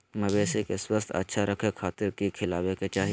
मवेसी के स्वास्थ्य अच्छा रखे खातिर की खिलावे के चाही?